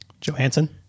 Johansson